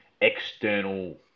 external